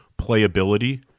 playability